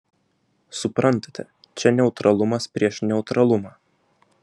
suprantate čia neutralumas prieš neutralumą